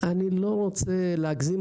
אני לא רוצה להגזים,